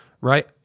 right